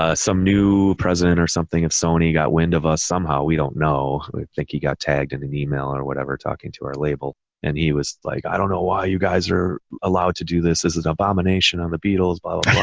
ah some new president or something of sony got wind of us somehow, we don't know. i think he got tagged in an email or whatever talking to our label and he was like, i don't know why you guys are allowed to do this. this is an abomination on the beatles, blah,